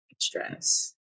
stress